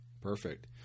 Perfect